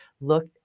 look